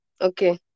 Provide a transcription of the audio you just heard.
Okay